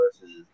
versus